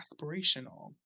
aspirational